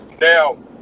Now